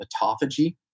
autophagy